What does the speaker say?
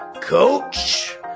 Coach